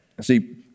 See